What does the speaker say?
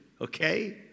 okay